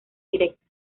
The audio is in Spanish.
directa